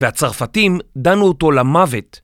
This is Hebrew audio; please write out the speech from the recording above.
והצרפתים דנו אותו למוות.